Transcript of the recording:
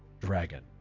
dragon